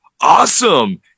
awesome